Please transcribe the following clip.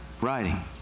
writing